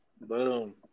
boom